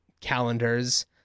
calendars